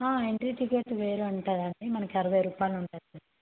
entry ticket వేరే ఉంటుంది అండి మనకు అరవై రూపాయలు ఉంటుంది